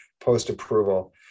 post-approval